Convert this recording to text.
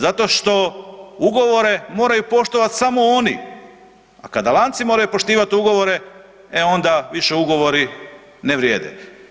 Zato što ugovore moraju poštovat samo oni, a kada lanci moraju poštivat ugovore e onda više ugovori ne vrijede.